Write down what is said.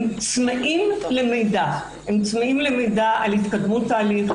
הם צמאים למידע על התקדמות ההליך,